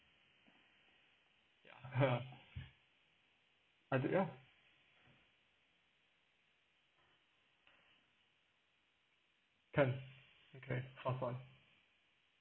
I did ya can okay pass on